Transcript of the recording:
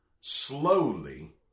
slowly